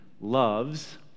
loves